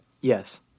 Yes